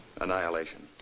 annihilation